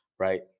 Right